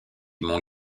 mont